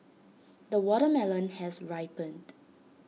the watermelon has ripened